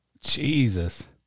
Jesus